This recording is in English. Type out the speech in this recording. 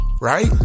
Right